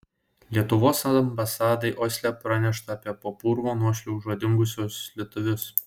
lietuvos ambasadai osle pranešta apie po purvo nuošliauža dingusius lietuvius